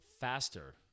faster